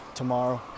tomorrow